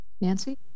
Nancy